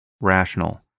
rational